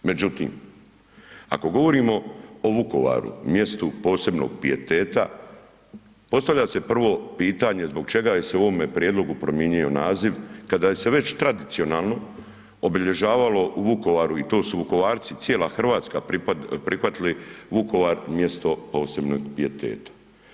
Međutim, ako govorimo o Vukovaru mjestu posebnog pijeteta postavlja se prvo pitanje zbog čega je se u ovome prijedlogu promijenio naziv kada se je već tradicionalno obilježavalo u Vukovaru i to su Vukovarci i cijela Hrvatska prihvatili Vukovar mjesto posebnog pijeteta.